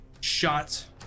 shot